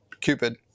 Cupid